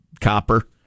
copper